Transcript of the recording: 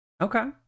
Okay